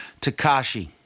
Takashi